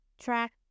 track